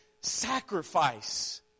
sacrifice